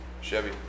Chevy